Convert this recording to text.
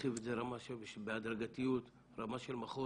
להרחיב את זה בהדרגתיות, רמה של מחוז,